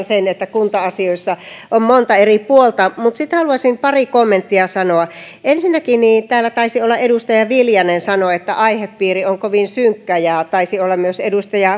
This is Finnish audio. sen että kunta asioissa on monta eri puolta sitten haluaisin pari kommenttia sanoa ensinnäkin kun täällä taisi edustaja viljanen sanoa että aihepiiri on kovin synkkä ja niin taisi sanoa myös edustaja